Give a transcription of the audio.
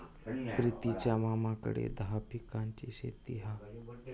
प्रितीच्या मामाकडे दहा पिकांची शेती हा